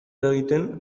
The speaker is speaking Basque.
eragiten